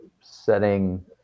setting